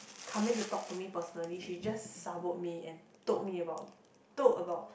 coming to talk to me personally she just saboed me and told me about told about